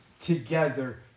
together